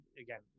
again